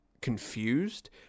confused